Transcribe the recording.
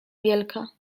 wielka